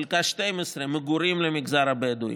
חלקה 12, מגורים למגזר הבדואי.